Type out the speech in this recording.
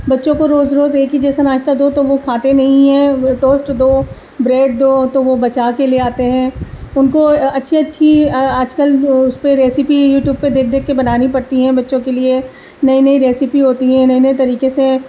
بچوں کو روز روز ایک ہی جیسا ناشتہ دو تو وہ کھاتے نہیں ہیں ٹوسٹ دو بریڈ دو تو وہ بچا کے لے آتے ہیں ان کو اچھی اچھی آج کل اس پہ ریسیپی یوٹیوب پر دیکھ دیکھ کے بنانی پڑتی ہیں بچوں کے لیے نئی نئی ریسیپی ہوتی ہیں نئے نئے طریقے سے